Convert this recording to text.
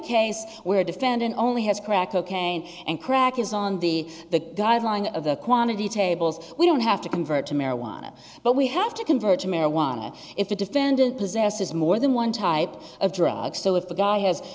case where defendant only has crack cocaine and crack is on the the guideline of the quantity tables we don't have to convert to marijuana but we have to convert to marijuana if the defendant possesses more than one type of drug so if the guy has